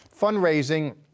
Fundraising